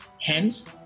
Hence